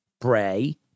Bray